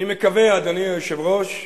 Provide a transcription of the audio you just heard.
אני מקווה, אדוני היושב-ראש,